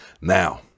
Now